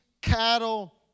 cattle